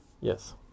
Yes